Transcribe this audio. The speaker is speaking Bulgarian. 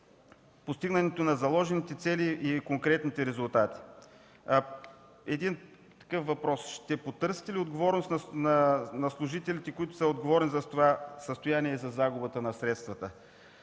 постигането на заложените цели и конкретните резултати? Един такъв въпрос: ще потърсите ли отговорност на служителите, отговорни за това състояние и за загубата на средствата?